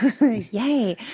Yay